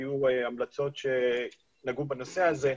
היו המלצות שנגעו בנושא הזה.